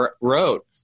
wrote